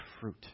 fruit